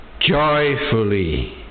joyfully